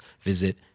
visit